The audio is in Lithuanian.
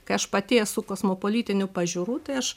kai aš pati esu kosmopolitinių pažiūrų tai aš